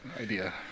idea